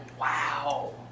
wow